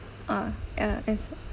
uh uh is it